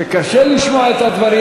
שקשה לו לשמוע את הדברים,